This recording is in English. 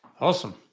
Awesome